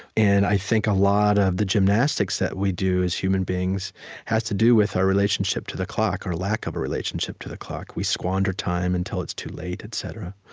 and i think a lot of the gymnastics that we do as human beings has to do with our relationship to the clock, or lack of a relationship to the clock. we squander time until it's too late, et cetera.